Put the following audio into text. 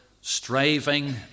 striving